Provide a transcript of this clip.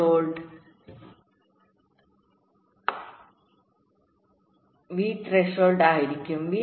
V thresholdആയിരിക്കും